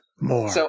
More